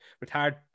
retired